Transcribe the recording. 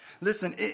Listen